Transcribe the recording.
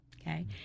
okay